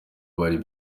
bari